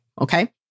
okay